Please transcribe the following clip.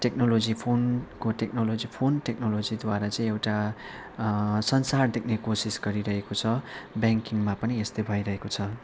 technology फोनको technology phone टेक्नोलोजीद्वारा चाहिँ एउटा संसार देख्ने कोसिस गरिरहेको छ ब्याङ्किङमा पनि यस्तै भइरहेको छ